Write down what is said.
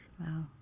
Wow